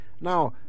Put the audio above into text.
Now